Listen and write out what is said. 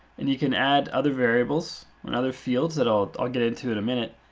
and you can add other variables and other fields that i'll i'll get into it a minute.